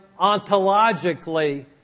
ontologically